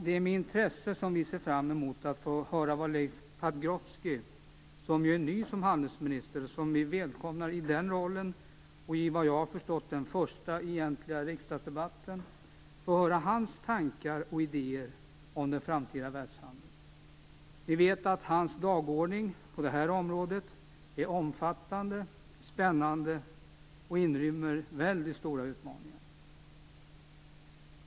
Det är med intresse som vi ser fram emot att få höra vad Leif Pagrotsky, som ju är ny som handelsminister, har för tankar och idéer om den framtida världshandeln. Vi välkomnar honom i den rollen och till det som jag har förstått är hans första egentliga riksdagsdebatt. Vi vet att hans dagordning på detta område är omfattande, spännande och inrymmer väldigt stora utmaningar.